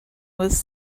was